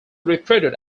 recruited